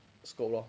scope lor